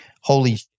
holy